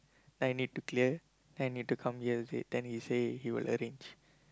I need to clear I need to come use it then he say he will arrange